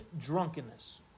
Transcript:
drunkenness